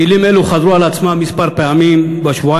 מילים אלו חזרו על עצמן כמה פעמים בשבועיים